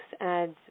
adds